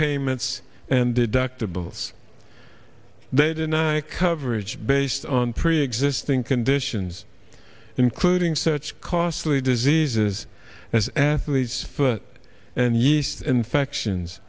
payments and deductibles they deny coverage based on preexisting conditions including such costly diseases as athlete's foot and yeast infections